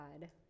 God